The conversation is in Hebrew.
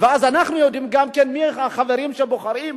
ואז אנחנו יודעים גם כן מיהם החברים שבוחרים.